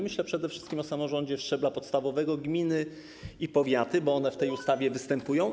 Myślę przede wszystkim o samorządzie szczebla podstawowego, o gminach i powiatach, bo one w tej ustawie występują.